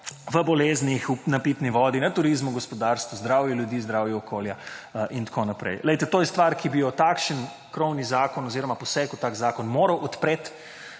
v boleznih, na pitni vodi, na turizmu, v gospodarstvu, v zdravju ljudi, zdravju okolja in tako naprej. To je stvar, ki bi jo takšen krovni zakon oziroma poseg v tak zakon moral podpreti.